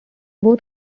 both